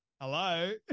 hello